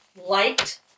liked